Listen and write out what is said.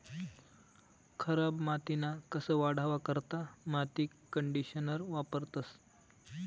खराब मातीना कस वाढावा करता माती कंडीशनर वापरतंस